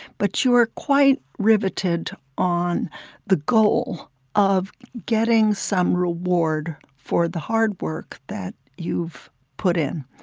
but you are quite riveted on the goal of getting some reward for the hard work that you've put in.